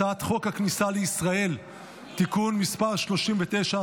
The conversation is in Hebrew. הצעת חוק הכניסה לישראל (תיקון מס' 39),